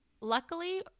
Luckily